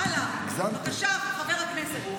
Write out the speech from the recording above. הלאה, בבקשה, חבר הכנסת,